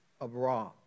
abroad